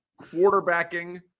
quarterbacking